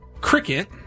Cricket